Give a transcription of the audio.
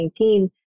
2019